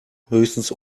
höchstens